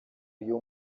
iyo